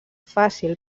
fàcil